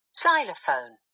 xylophone